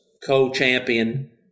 co-champion